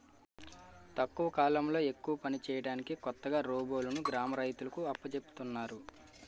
తక్కువ కాలంలో ఎక్కువ పని చేయడానికి కొత్తగా రోబోలును గ్రామ రైతులకు అప్పజెపుతున్నారు